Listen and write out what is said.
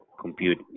compute